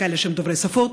כאלה שהם דוברי שפות,